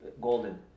golden